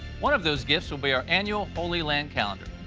one of those gifts will be our annual holy land calendar.